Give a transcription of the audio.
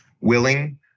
willing